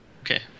okay